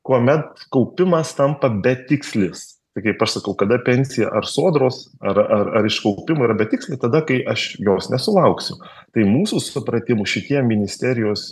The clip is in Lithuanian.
kuomet kaupimas tampa betikslis tai kaip aš sakau kada pensija ar sodros ar ar ar iš kaupimo yra bet tiksliai tada kai aš jos nesulauksiu tai mūsų supratimu šitie ministerijos